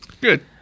Good